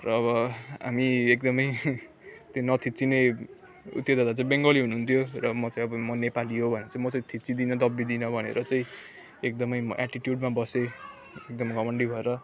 र अब हामी एकदमै त्यो नथिच्चिने त्यो दादा चाहिँ बङ्गाली हुनुहुन्थ्यो र म चाहिँ अब म नेपाली हो भनेर चाहिँ म चाहिँ थिच्चिदिनँ दब्बिदिनँ भनेर चाहिँ एकदमै म एटिट्युडमा बसेँ एकदम घमन्डी भएर